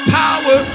power